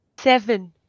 Seven